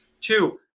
Two